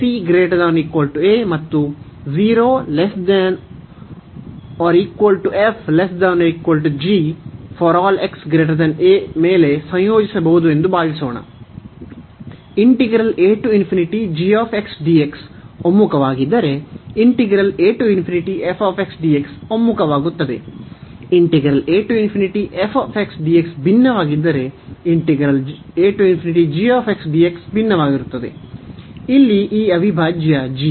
ಆದ್ದರಿಂದ ಇಲ್ಲಿ ನಾವು ಮತ್ತು ಮತ್ತು ಮೇಲೆ ಸಂಯೋಜಿಸಬಹುದು ಎಂದು ಭಾವಿಸೋಣ ಒಮ್ಮುಖವಾಗಿದ್ದರೆ ಒಮ್ಮುಖವಾಗುತ್ತದೆ ಭಿನ್ನವಾಗಿದ್ದರೆ ಭಿನ್ನವಾಗಿರುತ್ತದೆ ಇಲ್ಲಿ ಈ ಅವಿಭಾಜ್ಯ g